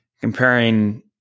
comparing